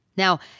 Now